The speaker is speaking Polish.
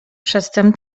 przedtem